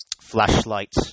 Flashlight